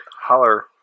holler